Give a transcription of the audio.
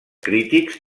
crítics